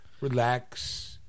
relax